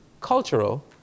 cultural